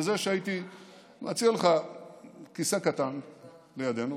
בזה שהייתי מציע לך כיסא קטן לידנו,